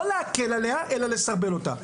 לא להקל עליה אלא לסרבל אותה.